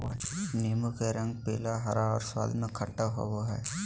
नीबू के रंग पीला, हरा और स्वाद में खट्टा होबो हइ